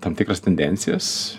tam tikras tendencijas